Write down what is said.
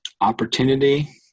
opportunity